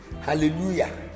Hallelujah